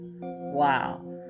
Wow